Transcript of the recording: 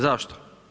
Zašto?